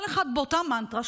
כל אחד באותה מנטרה,